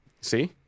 See